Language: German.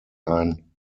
ein